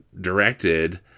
directed